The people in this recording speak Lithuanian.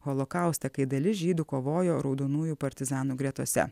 holokauste kai dalis žydų kovojo raudonųjų partizanų gretose